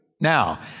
Now